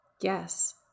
Yes